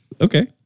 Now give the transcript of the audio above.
Okay